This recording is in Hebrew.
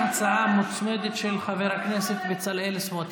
הצעה מוצמדת של חבר הכנסת בצלאל סמוטריץ'.